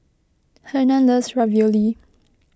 Hernan loves Ravioli